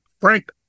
Frank